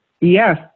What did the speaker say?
Yes